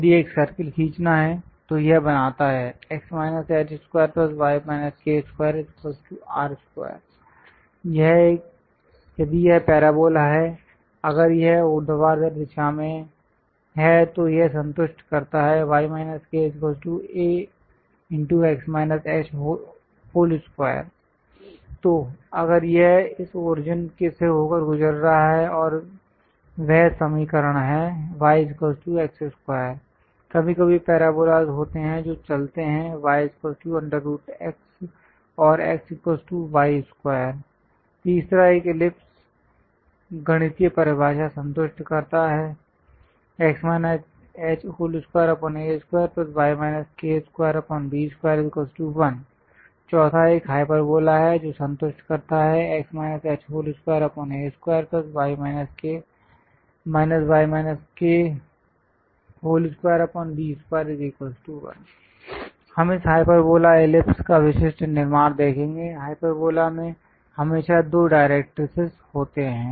यदि एक सर्कल खींचना है तो यह बनाता है x h2y k2r2 यदि यह पैराबोला है अगर यह ऊर्ध्वाधर दिशा में है तो यह संतुष्ट करता है a×x h2 तो अगर यह इस ओरिजिन से होकर गुजरा और वह समीकरण है yx2 कभी कभी पैराबोलास होते हैं जो चलते हैं yx or xy2 तीसरा एक इलिप्स गणितीय परिभाषा संतुष्ट करता है x h2a2y k2b21 चौथा एक हाइपरबोला है जो संतुष्ट करता है x h2a2 y k2b21 हम इस हाइपरबोला इलिप्स का विशिष्ट निर्माण देखेंगे हाइपरबोला में हमेशा दो डायरेक्ट्रिसेस होते हैं